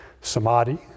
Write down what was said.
samadhi